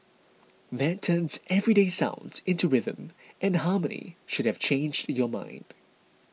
that turns everyday sounds into rhythm and harmony should have changed your mind